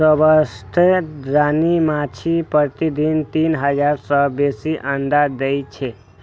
स्वस्थ रानी माछी प्रतिदिन तीन हजार सं बेसी अंडा दै छै